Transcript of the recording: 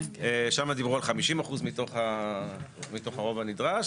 שם דיברו על 50% מתוך הרוב הנדרש,